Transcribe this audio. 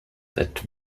that